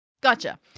Gotcha